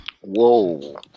Whoa